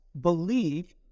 believe